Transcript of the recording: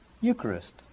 Eucharist